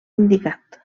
indicat